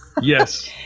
yes